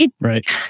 right